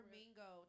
Mingo